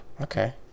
Okay